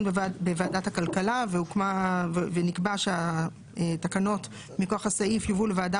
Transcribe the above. בוועדת הכלכלה ושוועדת הכלכלה הסכימה שזה יעבור לוועדת